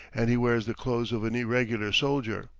and he wears the clothes of an irregular soldier.